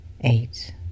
eight